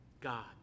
god